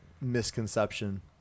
misconception